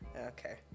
Okay